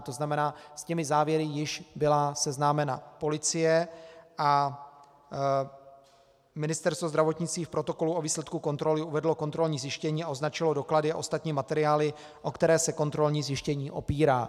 To znamená, s těmi závěry již byla seznámena policie a Ministerstvo zdravotnictví v protokolu o výsledku kontroly uvedlo kontrolní zjištění a označilo doklady a ostatní materiály, o které se kontrolní zjištění opírá.